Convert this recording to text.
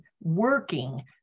working